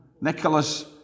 Nicholas